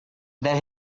then